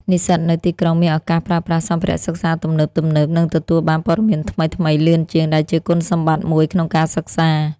និស្សិតនៅទីក្រុងមានឱកាសប្រើប្រាស់សម្ភារៈសិក្សាទំនើបៗ និងទទួលបានព័ត៌មានថ្មីៗលឿនជាង ដែលជាគុណសម្បត្តិមួយក្នុងការសិក្សា។